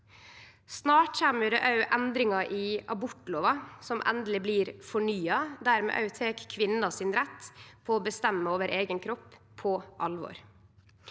Snart kjem det òg endringar i abortlova, som endeleg blir fornya, der vi òg tek kvinna sin rett til å bestemme over eigen kropp på alvor.